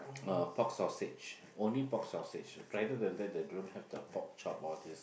uh pork sausage only pork sausage other than that they don't have the pork chop all these